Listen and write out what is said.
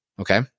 Okay